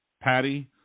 Patty